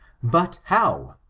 but how?